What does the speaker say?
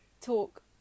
talk